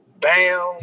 Bam